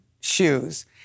shoes